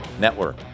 Network